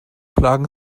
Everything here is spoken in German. plagen